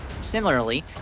Similarly